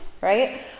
right